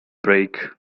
break